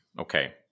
Okay